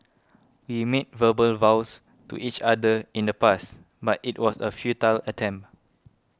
we made verbal vows to each other in the past but it was a futile attempt